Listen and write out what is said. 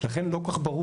לכן זה לא כל כך ברור.